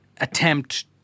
attempt